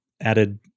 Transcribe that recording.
added